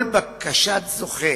כל בקשת זוכה